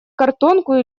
картонку